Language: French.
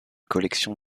collection